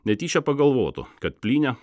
netyčia pagalvotų kad plynė